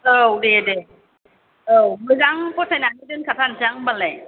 औ दे दे औ मोजां फसाइनानै दोनखा थारसां होनबालाय